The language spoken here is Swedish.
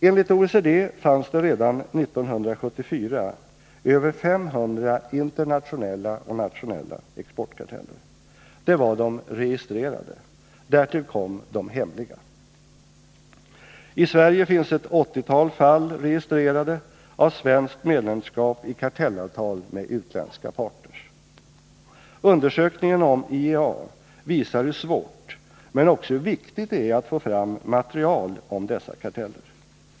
Enligt OECD fanns det redan 1974 över 500 internationella och nationella exportkarteller. Det var de registrerade. Därtill kom de hemliga. I Sverige finns ett 80-tal fall registrerade av svenskt medlemskap i kartellavtal med utländska partners. Undersökningen om IEA visar hur svårt men också hur viktigt det är att få fram material om dessa karteller.